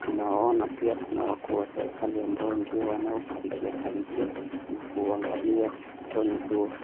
Tunaona pia kuna wakuu wa serikali ambao ndio wanakaribia karibia na kuuangalia mtoni huo.